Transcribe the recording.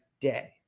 day